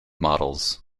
models